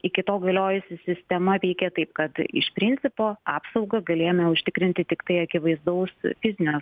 iki tol galiojusi sistema veikė taip kad iš principo apsaugą galėjome užtikrinti tiktai akivaizdaus fizinio